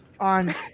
On